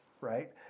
right